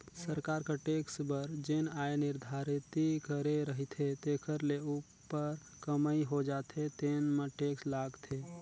सरकार कर टेक्स बर जेन आय निरधारति करे रहिथे तेखर ले उप्पर कमई हो जाथे तेन म टेक्स लागथे